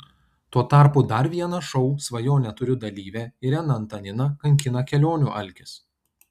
tuo tarpu dar vieną šou svajonę turiu dalyvę ireną antaniną kankina kelionių alkis